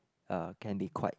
uh can be quite